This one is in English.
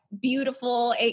beautiful